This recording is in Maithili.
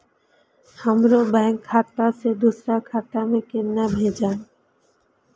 हमरो बैंक खाता से दुसरा खाता में केना भेजम?